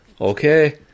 Okay